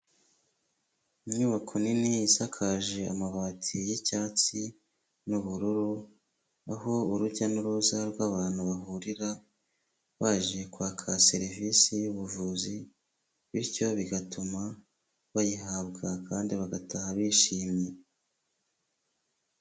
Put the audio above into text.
Inyubako nini isakaje amabati y'icyatsi n'ubururu, aho urujya n'uruza rw'abantu bahurira baje kwaka serivisi y'ubuvuzi, bityo bigatuma bayihabwa kandi bagataha bishimye.